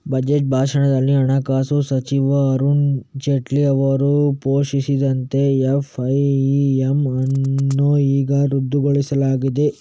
budget ಭಾಷಣದಲ್ಲಿ ಹಣಕಾಸು ಸಚಿವ ಅರುಣ್ ಜೇಟ್ಲಿ ಅವರು ಘೋಷಿಸಿದಂತೆ ಎಫ್.ಐ.ಪಿ.ಎಮ್ ಅನ್ನು ಈಗ ರದ್ದುಗೊಳಿಸಲಾಗಿದೆ